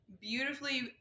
beautifully